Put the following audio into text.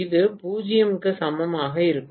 இது 0 க்கு சமமாக இல்லை